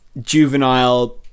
juvenile